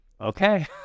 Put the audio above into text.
okay